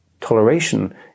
toleration